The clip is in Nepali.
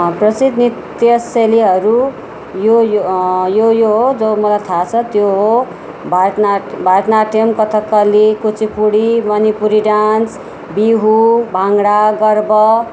प्रसिद्ध नृत्य शैलीहरू यो यो यो यो हो जो मलाई थाहा छ त्यो हो भरतनाट्यम भरतनाट्यम कथकली कुचिपुडी मणिपुरी डान्स बिहु भाङ्गडा गरबा